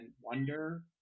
wonder